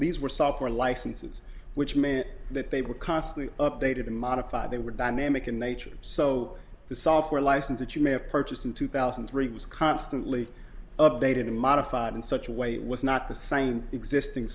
these were software licenses which meant that they were constantly updated and modified they were dynamic in nature so the software license that you may have purchased in two thousand and three was constantly updated and modified in such a way it was not the same existing